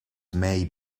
may